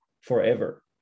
forever